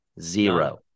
Zero